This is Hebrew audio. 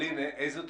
אלין, איזה תוספת?